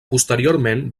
posteriorment